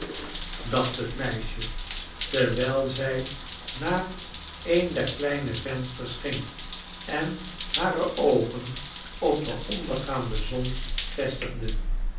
hij het meisje terwijl zij naar een der kleine vensters ging en hare oogen op de ondergaande zon vestigde